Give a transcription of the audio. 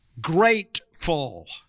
grateful